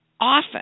Often